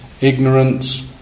ignorance